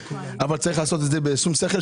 אבל צריך לעשות את זה בשום שכל,